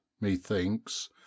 methinks